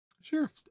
Sure